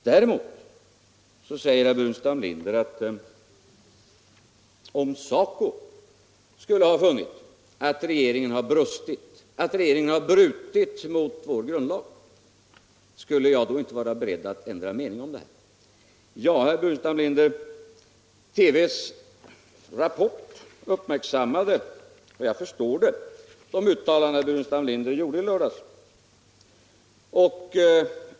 Däremot frågar herr Burenstam Linder: Om SACO skulle ha funnit att regeringen har brutit mot vår grundlag, skulle jag då inte vara beredd att ändra mening? Ja, herr Burenstam Linder, TV:s rapport uppmärksammade — och jag förstår det — de uttalanden som herr Burenstam Linder gjorde i lördags.